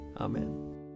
Amen